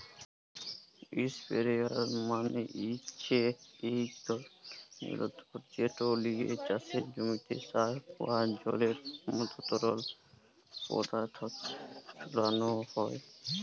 ইসপেরেয়ার মালে হছে ইক ধরলের জলতর্ যেট লিয়ে চাষের জমিতে সার বা জলের মতো তরল পদাথথ ছড়ালো হয়